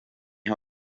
ha